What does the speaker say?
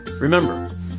Remember